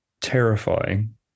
Terrifying